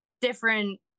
different